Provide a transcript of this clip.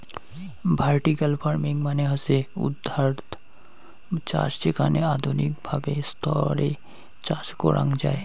vertical farming মানে হসে উর্ধ্বাধ চাষ যেখানে আধুনিক ভাবে স্তরে চাষ করাঙ যাই